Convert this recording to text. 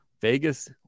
Vegas